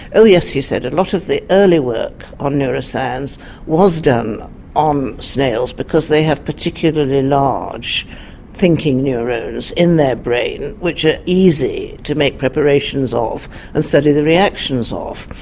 oh yes he said, a and lot of the early work on neuroscience was done on snails because they have particularly large thinking neurons in their brain which are easy to make preparations of and study the reactions of.